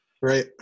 Right